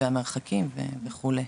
המרחקים וכו'.